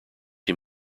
him